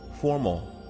Formal